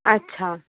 अच्छा